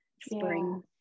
spring